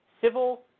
civil